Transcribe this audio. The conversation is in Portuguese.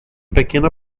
pequena